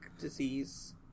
disease